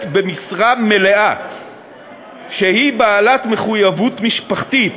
במשרה מלאה שהיא בעלת מחויבות משפחתית